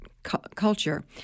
culture